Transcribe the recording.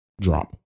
Drop